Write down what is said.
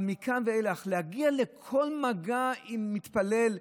אבל מכאן ואילך להגיע למגע עם מתפלל,